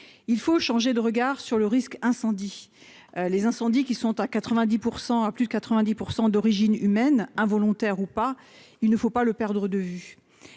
Il faut changer de regard sur le risque incendie. Les incendies, qui sont, à plus de 90 %, d'origine humaine, involontaire ou non, sont aujourd'hui d'une telle